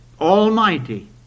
almighty